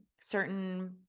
certain